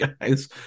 guys